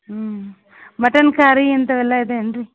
ಹ್ಞೂ mutton curry ಇಂಥವೆಲ್ಲ ಇದೆಯೇನು ರೀ